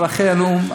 אבל אחרי הנאום,